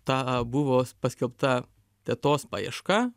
tą buvo paskelbta tetos paieška